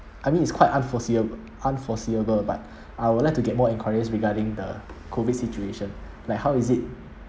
I mean it's quite unforeseeable unforeseeable but I would like to get more enquiries regarding the COVID situation like how is it